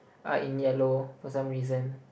are in yellow for some reason